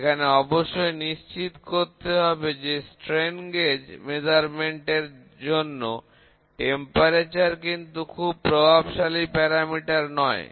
এখানে অবশ্যই নিশ্চিত করতে হবে যে স্ট্রেন গেজ পরিমাপের জন্য তাপমাত্রা কিন্তু গুরুত্বপূর্ণ প্যারামিটার নয়